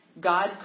God